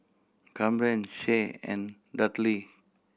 Camren Shae and Dudley